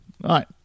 right